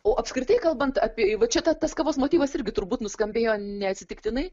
o apskritai kalbant apie va čia tas kavos motyvas irgi turbūt nuskambėjo neatsitiktinai